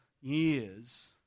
years